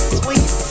sweet